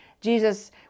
Jesus